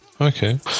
Okay